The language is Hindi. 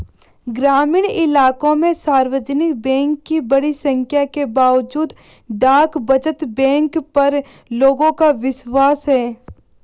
ग्रामीण इलाकों में सार्वजनिक बैंक की बड़ी संख्या के बावजूद डाक बचत बैंक पर लोगों का विश्वास है